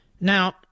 Now